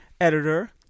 editor